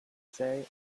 say